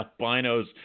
albinos